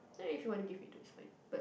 yeah if you wanna give me those it's fine but